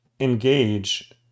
Engage